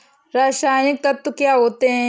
रसायनिक तत्व क्या होते हैं?